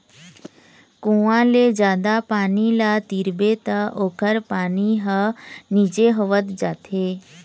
कुँआ ले जादा पानी ल तिरबे त ओखर पानी ह नीचे होवत जाथे